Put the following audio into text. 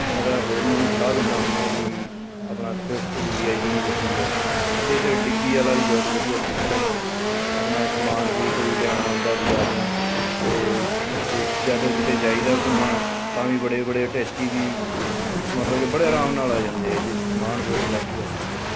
ਮੈਂ ਤਾਂ ਇਹ ਹੋਰ ਨੂੰ ਵੀ ਸਲਾਹ ਦਿੰਦਾ ਹੁੰਦਾ ਵੀ ਆਪਣਾ ਸਵਿਫਟ ਵੀ ਡੀ ਆਈ ਜਿਹੜੀ ਗੱਡੀ ਹੈ ਇਹਦੇ 'ਚ ਡਿੱਗੀ ਵਾਲਾ ਵੀ ਬਹੁਤ ਵਧੀਆ ਸਿਸਟਮ ਹੈ ਆਪਣਾ ਸਮਾਨ ਵੀ ਕੋਈ ਲਿਆਉਣਾ ਹੁੰਦਾ ਬਾਜ਼ਾਰੋ ਅਤੇ ਜੇ ਜਦ ਕਿਤੇ ਜਾਈਦਾ ਘੁੰਮਣ ਤਾਂ ਵੀ ਬੜੇ ਬੜੇ ਅਟੈਚੀ ਵੀ ਮਤਲਬ ਕਿ ਬੜੇ ਅਰਾਮ ਨਾਲ ਆ ਜਾਂਦੇ ਇਹਦੇ 'ਚ ਸਮਾਨ ਬਹੁਤ ਵਾਧੂ ਆ ਜਾਂਦਾ ਹੈ